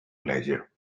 pleasure